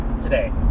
today